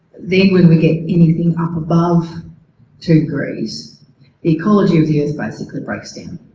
then when we get anything up above two degrees ecology of the earth basically breaks down.